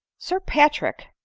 sir patrick,